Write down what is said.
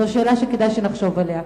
זו שאלה שכדאי שנחשוב עליה.